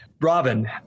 robin